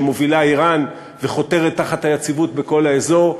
שמובילה איראן וחותרת תחת היציבות בכל האזור,